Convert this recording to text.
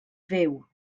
fyw